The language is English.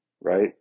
right